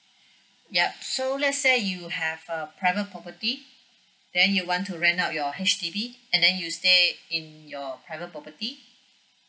yup so let's say you have a private property then you want to rent out your H_D_B and then you stay in your private property